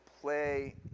play